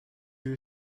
you